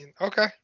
Okay